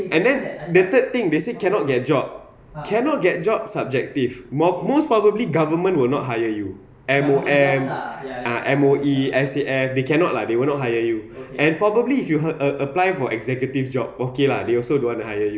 and then the third thing they said cannot get a job cannot get job subjective mo~ most probably government will not hire you M_O_F uh M_O_E S_A_F they cannot lah they will not hire you and probably if you a~ a~ apply for executive job okay lah they also don't wanna hire you